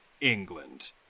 England